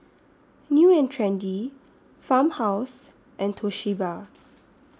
New and Trendy Farmhouse and Toshiba